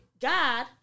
God